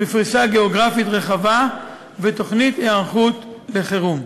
בפריסה גיאוגרפית רחבה ותוכנית היערכות לחירום.